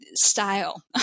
Style